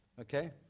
Okay